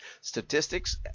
statistics